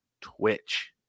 Twitch